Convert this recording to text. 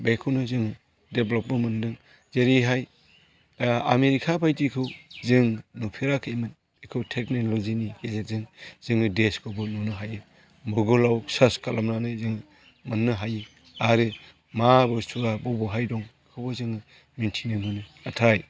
बेखौनो जों देभलपबो मोनदों जेरैहाय आमेरिका बायदिखौ जों नुफेराखैमोन बेखौ टेकन'लजिनि गेजेरजों जोङो देसखौबो नुनो हायो गुगोलाव सोर्स खालामनानै जों मोननो हायो आरो मा बुस्थुआ बबेहाय दं बेखौबो जों मिन्थिनो मोनो नाथाय